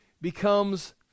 becomes